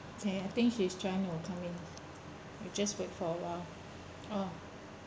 okay I think she's trying to come in we just wait for a while oh